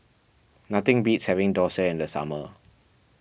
nothing beats having Dosa in the summer